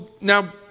Now